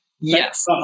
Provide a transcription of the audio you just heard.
Yes